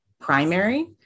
primary